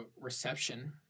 reception